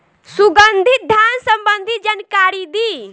सुगंधित धान संबंधित जानकारी दी?